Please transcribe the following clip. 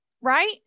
right